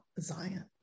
Zion